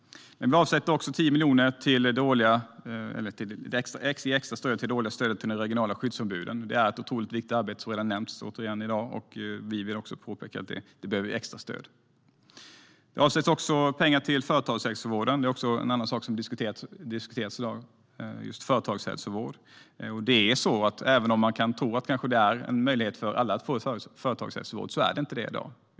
Vi avsätter också 10 miljoner i extra stöd till det årliga stödet till de regionala skyddsombuden. Det är ett otroligt viktigt arbete, och det har redan nämnts i dag. Vi vill också påpeka att de behöver extra stöd. Vi avsätter också pengar till företagshälsovården. Just företagshälsovård har också diskuterats i dag. Även om man tror att det är möjligt för alla att få tillgång till företagshälsovård är det inte så i dag.